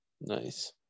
Nice